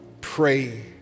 pray